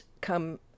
come